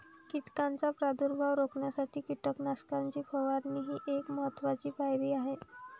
कीटकांचा प्रादुर्भाव रोखण्यासाठी कीटकनाशकांची फवारणी ही एक महत्त्वाची पायरी आहे